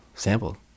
Sample